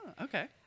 okay